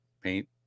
paint